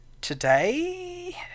Today